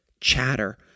chatter